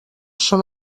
són